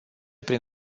prin